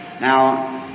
Now